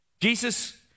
Jesus